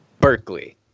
Berkeley